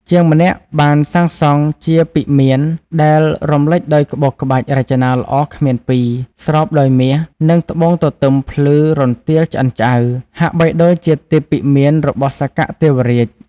ជាងម្នាក់បានសាងសង់ជាពិមានដែលរំលេចដោយក្បូរក្បាច់រចនាល្អគ្មានពីរ ស្រោបដោយមាស និងត្បូងទទឹមភ្លឺរន្ទាលឆ្អិនឆ្អៅ ហាក់បីដូចជាទិព្វពិមានរបស់សក្កទេវរាជ។